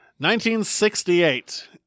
1968